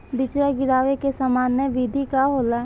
बिचड़ा गिरावे के सामान्य विधि का होला?